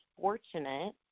fortunate